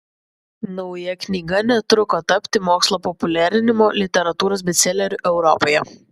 nauja knyga netruko tapti mokslo populiarinimo literatūros bestseleriu europoje